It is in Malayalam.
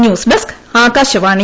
news desk Akashvani